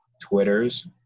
twitters